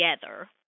together